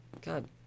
God